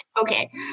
Okay